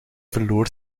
verloor